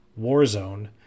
Warzone